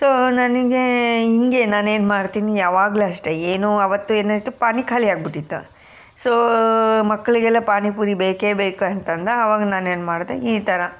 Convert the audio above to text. so ನನಗೆ ಹಿಂಗೆ ನಾನು ಏನು ಮಾಡ್ತೀನಿ ಯಾವಾಗಲೂ ಅಷ್ಟೆ ಏನು ಅವತ್ತು ಏನು ಆಯಿತು ಪಾನಿ ಖಾಲಿ ಆಗಿಬಿಟಿತ್ತು ಸೊ ಮಕ್ಕಳಿಗೆಲ್ಲ ಪಾನಿಪುರಿ ಬೇಕೇ ಬೇಕಂತ ಅಂದ ಆವಾಗ ನಾನು ಏನು ಮಾಡಿದೆ ಈ ಥರ